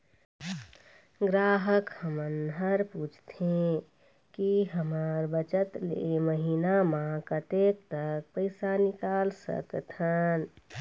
ग्राहक हमन हर पूछथें की हमर बचत ले महीना मा कतेक तक पैसा निकाल सकथन?